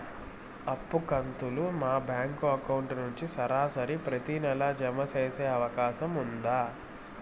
అప్పు కంతులు మా బ్యాంకు అకౌంట్ నుంచి సరాసరి ప్రతి నెల జామ సేసే అవకాశం ఉందా?